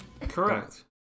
Correct